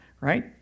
Right